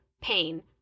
pain